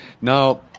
Now